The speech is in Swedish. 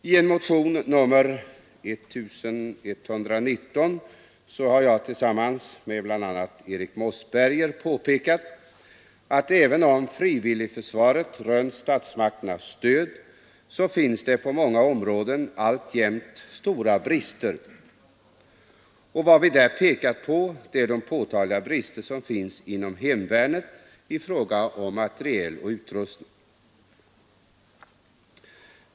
I en motion, nr 1119, har jag tillsammans med bl.a. Eric Mossberger påpekat att även om frivilligförsvaret rönt statsmakternas stöd så finns det på många områden alltjämt stora brister. Och vad vi pekat på är de påtagliga brister som finns inom hemvärnet i fråga om materiel och utrustning.